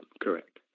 correct